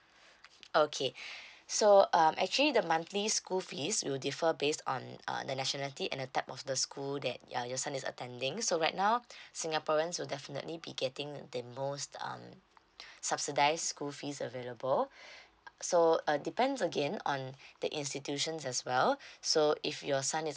okay so um actually the monthly school fees will differ based on uh the nationality and the type of the school that uh your son is attending so right now singaporeans will definitely be getting the most um subsidize school fees available so uh depends again on the institutions as well so if your son is